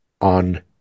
on